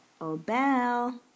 Obel